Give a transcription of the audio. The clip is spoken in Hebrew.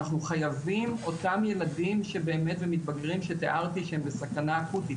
אנחנו חייבים אותם ילדים שבאמת ומתבגרים שתיארתי שהם בסכנה אקוטית,